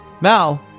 Mal